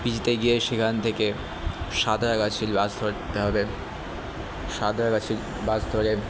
পিজিতে গিয়ে সেখান থেকে সাঁতরাগাছির বাস ধরতে হবে সাঁতরাগাছির বাস ধরে